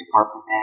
Department